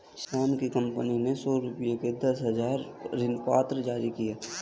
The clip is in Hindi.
श्याम की कंपनी ने सौ रुपये के दस हजार ऋणपत्र जारी किए